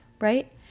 right